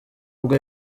ubwo